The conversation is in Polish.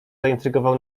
zaintrygował